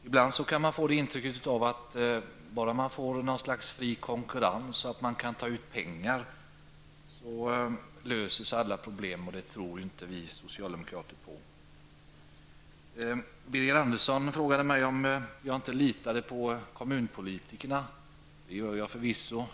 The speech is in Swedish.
Ibland kan man få intrycket att bara man får till stånd något slags fri konkurrens så att man kan ta ut pengar, så löser sig alla problem. Det tror inte vi socialdemokrater på. Birger Andersson frågade mig om jag inte litade på kommunalpolitikerna. Det gör jag förvisso.